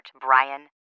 Brian